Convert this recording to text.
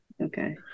Okay